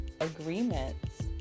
agreements